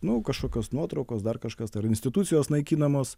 nu kažkokios nuotraukos dar kažkas tai ar institucijos naikinamos